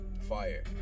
fire